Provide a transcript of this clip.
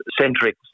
centric